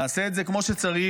נעשה את זה כמו שצריך,